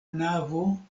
navo